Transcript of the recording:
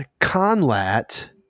Conlat